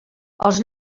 els